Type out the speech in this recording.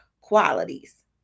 qualities